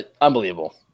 Unbelievable